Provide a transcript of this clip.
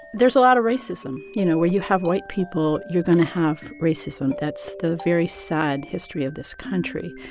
there's a lot of racism. you know, where you have white people, you're going to have racism. that's the very sad history of this country.